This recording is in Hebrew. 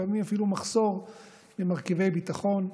לפעמים אפילו מחסור במרכיבי ביטחון,